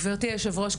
גברתי היושבת-ראש,